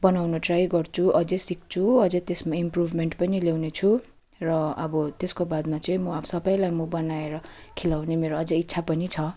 बनाउनु ट्राई गर्छु अझै सिक्छु अझै त्यसमा इम्प्रुभमेन्ट पनि ल्याउने छु र अब त्यसको बादमा चाहिँ म अब सबैलाई म बनाएर खिलाउने मेरो अझै इच्छा पनि छ